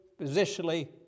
positionally